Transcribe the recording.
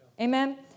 Amen